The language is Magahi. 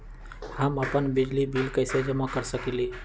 हम अपन बिजली बिल कैसे जमा कर सकेली?